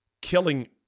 killing